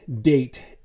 date